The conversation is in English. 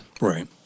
Right